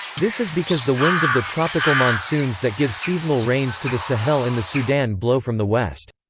this is because the winds of the tropical monsoons that give seasonal rains to the sahel and the sudan blow from the west.